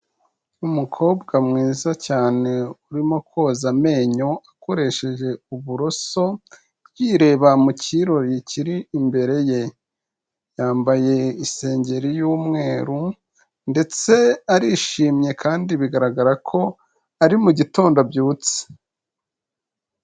Umukobwa mwiza cyane urimo koza amenyo akoresheje uburoso yireba mu kirori kiri imbere ye, yambaye isengeri y'umweru ndetse arishimye kandi bigaragara ko ari mu gitondo abyutse.